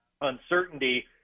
uncertainty